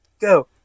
Go